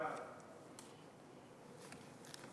ההצעה להעביר את